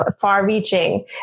far-reaching